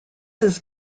his